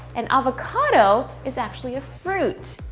an avocado is actually a fruit.